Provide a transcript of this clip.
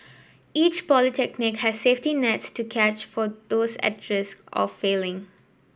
each polytechnic has safety nets to catch for those at risk of failing